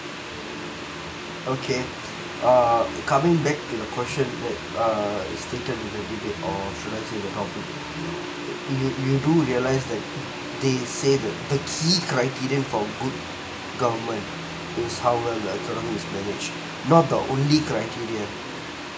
okay uh coming back to your question that uh is taken or should I say the topic if you if you do realise that they say the the key criterion for good government is how well the economy is managed not the only criteria